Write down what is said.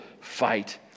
fight